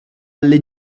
alle